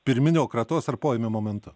pirminio kratos ar poėmio momentu